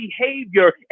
behavior